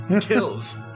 Kills